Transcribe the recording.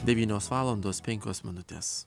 devynios valandos penkios minutes